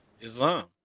Islam